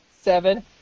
Seven